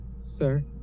Sir